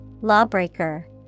Lawbreaker